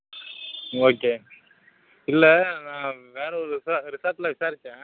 okay இல்லை நான் வேறு ஒரு ரெஸார்ட்டில் விசாரிச்சேன்